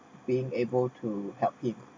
being able to help him